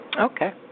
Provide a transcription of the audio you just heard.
okay